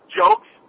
jokes